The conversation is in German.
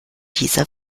dieser